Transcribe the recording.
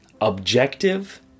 objective